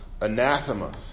anathema